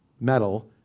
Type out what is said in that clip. metal